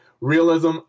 realism